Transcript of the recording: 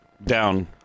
down